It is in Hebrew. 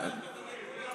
זה קרה